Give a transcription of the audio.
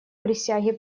присяге